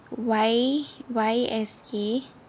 Y Y S K